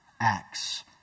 acts